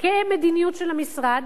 כמדיניות של המשרד,